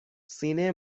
سینه